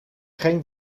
geen